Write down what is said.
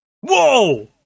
Whoa